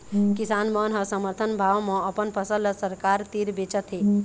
किसान मन ह समरथन भाव म अपन फसल ल सरकार तीर बेचत हे